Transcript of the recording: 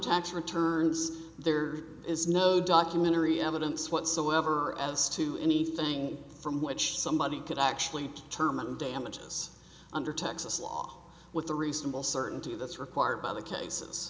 tax returns there is no documentary evidence whatsoever as to anything from which somebody could actually term damage under texas law with the recent all certainty that's required by the cases